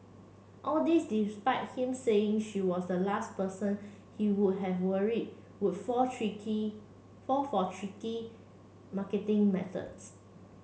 all this despite him saying she was the last person he would have worried would fall tricky fall for tricky marketing methods